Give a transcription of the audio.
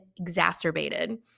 exacerbated